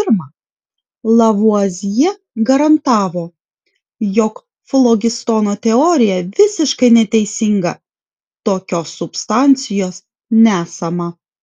pirma lavuazjė garantavo jog flogistono teorija visiškai neteisinga tokios substancijos nesama